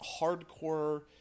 hardcore